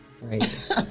Right